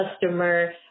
customer